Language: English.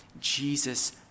Jesus